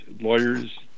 lawyers